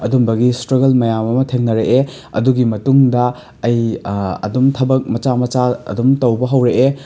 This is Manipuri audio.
ꯑꯗꯨꯝꯕꯒꯤ ꯏꯁꯇ꯭ꯔꯒꯜ ꯃꯌꯥꯝ ꯑꯃ ꯊꯦꯡꯅꯔꯛꯑꯦ ꯑꯗꯨꯒꯤ ꯃꯇꯨꯡꯗ ꯑꯩ ꯑꯗꯨꯝ ꯊꯕꯛ ꯃꯆꯥ ꯃꯆꯥ ꯑꯗꯨꯝ ꯇꯧꯕ ꯍꯧꯔꯛꯑꯦ